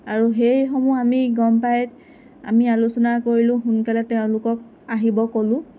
আৰু সেইসমূহ আমি গম পাই আমি আলোচনা কৰিলোঁ সোনকালে তেওঁলোকক আহিব ক'লোঁ